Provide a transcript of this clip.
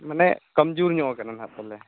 ᱢᱟᱱᱮ ᱠᱚᱢ ᱡᱳᱨ ᱧᱚᱜ ᱠᱟᱱᱟ ᱱᱟᱦᱟᱜ ᱛᱟᱞᱮ